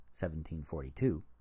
1742